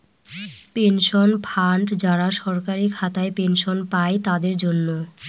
pension fund যারা সরকারি খাতায় পেনশন পাই তাদের জন্য